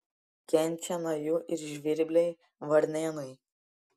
kenčia nuo jų ir žvirbliai varnėnai